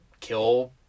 kill